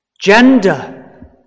Gender